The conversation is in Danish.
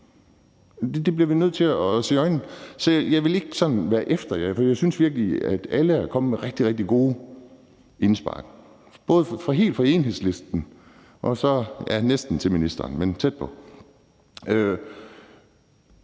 Det bliver vi nødt til at se i øjnene. Så jeg vil ikke sådan være efter jer, for jeg synes virkelig, at alle er kommet med rigtig, rigtig gode indspark, og det gælder helt fra Enhedslisten og næsten til ministeren, i hvert